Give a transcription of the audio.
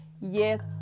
Yes